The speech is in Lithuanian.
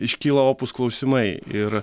iškyla opūs klausimai ir